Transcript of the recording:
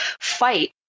fight